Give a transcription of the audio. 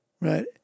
right